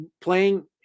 playing